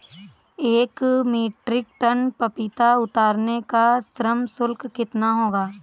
एक metric ton पपीता उतारने का श्रम शुल्क कितना होगा?